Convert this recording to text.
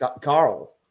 Carl